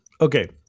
Okay